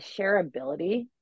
shareability